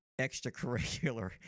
extracurricular